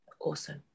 awesome